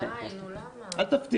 אין אושר.